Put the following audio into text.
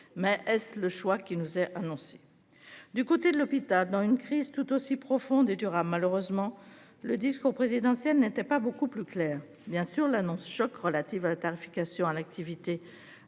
mais est-ce le choix qui nous est annoncé. Du côté de l'hôpital dans une crise tout aussi profonde et durera malheureusement le discours présidentiel n'était pas beaucoup plus claire. Bien sûr l'annonce choc relative à la tarification à l'activité